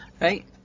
Right